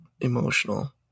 emotional